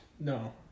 No